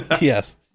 Yes